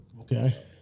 Okay